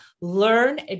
learn